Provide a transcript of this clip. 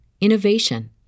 innovation